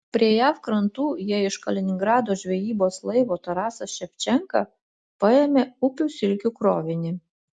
prie jav krantų jie iš kaliningrado žvejybos laivo tarasas ševčenka paėmė upių silkių krovinį